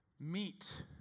Meet